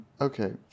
Okay